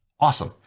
Awesome